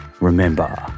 remember